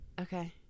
okay